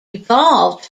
evolved